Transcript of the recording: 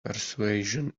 persuasion